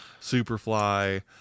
Superfly